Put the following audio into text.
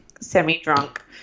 semi-drunk